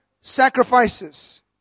sacrifices